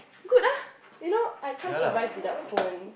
good ah you know I can't survive without phone